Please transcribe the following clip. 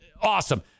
Awesome